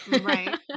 right